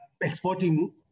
exporting